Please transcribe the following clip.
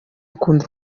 ikunda